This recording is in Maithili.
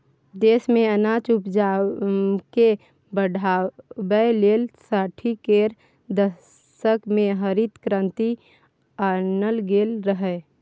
देश मे अनाज उपजाकेँ बढ़ाबै लेल साठि केर दशक मे हरित क्रांति आनल गेल रहय